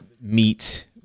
meet